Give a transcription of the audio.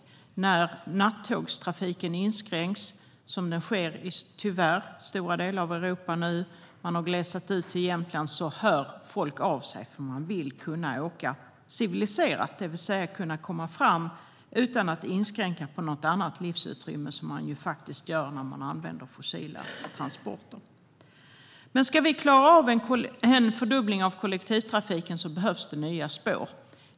Nattågstrafiken har nu tyvärr inskränkts i stora delar av Europa. När man glesar ut nattrafiken hör folk av sig, för man vill kunna åka civiliserat, det vill säga kunna komma fram utan att inskränka på något annat livsutrymme, som man ju faktiskt gör när man använder fossila transporter. Ska vi klara av en fördubbling av kollektivtrafiken behövs det nya spår.